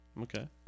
okay